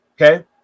Okay